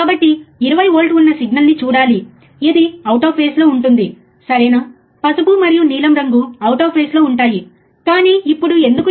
కాబట్టి అర్థం చేసుకోవడానికి ఆపరేషనల్ యాంప్లిఫైయర్తో పాటు మొత్తం 3 విషయాలు మనకు అవసరం